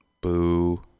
Boo